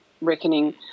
Reckoning